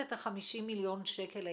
הנכון.